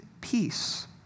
peace